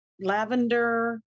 lavender